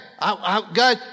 God